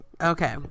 Okay